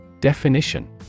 Definition